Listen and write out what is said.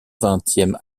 vingtième